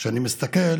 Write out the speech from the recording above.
כשאני מסתכל